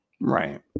Right